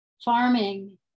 farming